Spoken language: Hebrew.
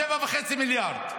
7.5 מיליארד,